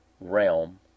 realm